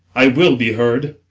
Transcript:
i will be heard